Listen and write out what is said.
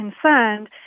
concerned